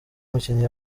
umukinnyi